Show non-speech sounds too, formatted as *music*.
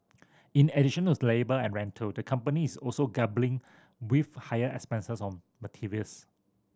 in additional's labour and rental the company is also *unintelligible* with higher expenses on materials